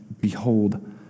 Behold